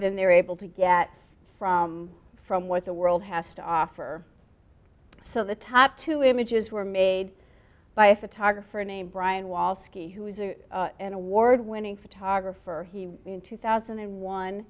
than they're able to get from from what the world has to offer so the top two images were made by a photographer named brian wall ski who was an award winning photographer he in two thousand and one